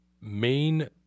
main